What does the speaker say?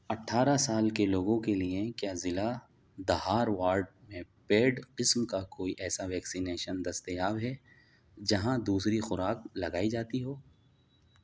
اٹھارہ سال کے لوگوں کے لئے کیا ضلع دھارواڑ میں پیڈ قسم کا کوئی ایسا ویکسینیشن دستیاب ہے جہاں دوسری خوراک لگائی جاتی ہو